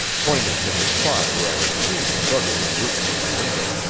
pointing to the spot where i had seen the struggling group from the window.